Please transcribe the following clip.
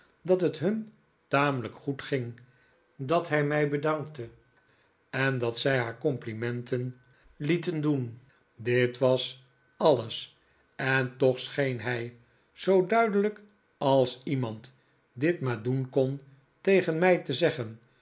dat het hun tamelijk goed ging dat hij mij bedankte en dat zij haar complimenten lieten doen dit was alles en toch scheen hij zoo duidelijk als iemand dit maar doen kon tegen mij te zeggen